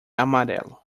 amarelo